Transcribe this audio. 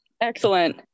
Excellent